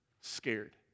scared